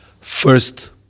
first